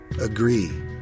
agree